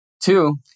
Two